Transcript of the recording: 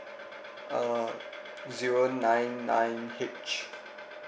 uh zero nine nine H